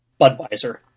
Budweiser